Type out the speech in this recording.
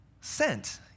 sent